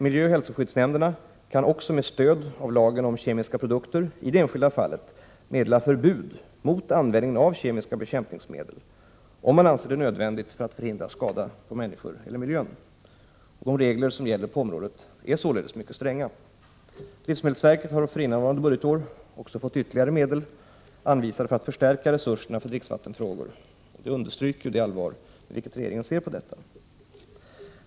Miljöoch hälsoskyddsnämnderna kan också med stöd av lagen om kemiska produkter i det enskilda fallet meddela förbud mot användande av kemiska bekämpningsmedel, om man anser det nödvändigt för att förhindra skada på människor eller på miljön. De regler som gäller på området är således mycket stränga. Livsmedelsverket har för innevarande budgetår fått ytterligare medel anvisade för att förstärka resurserna för dricksvattenfrågor, vilket understryker det allvar med vilket regeringen ser på detta.